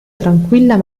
tranquilla